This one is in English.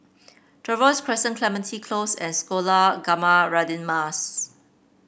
Trevose Crescent Clementi Close and Sekolah Ugama Radin Mas